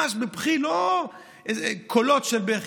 ממש בבכי, לא קולות של בכי.